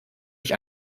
mich